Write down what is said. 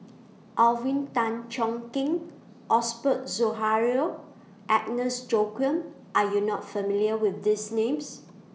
Alvin Tan Cheong Kheng Osbert Agnes Joaquim Are YOU not familiar with These Names